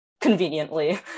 conveniently